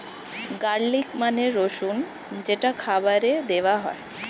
garlic মানে রসুন যেটা খাবারে দেওয়া হয়